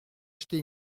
acheté